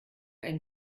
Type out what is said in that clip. ein